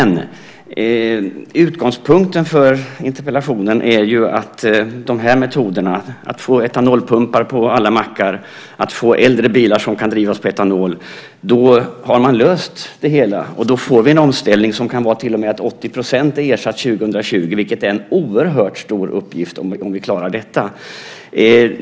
Men utgångspunkten för interpellationen är ju att med de här metoderna - att få etanolpumpar på alla mackar och att få äldre bilar att drivas på etanol - har vi löst det hela. Då får vi en omställning som kan innebära att till och med 80 % är ersatt 2020. Det är en oerhört stor uppgift om vi klarar det.